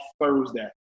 Thursday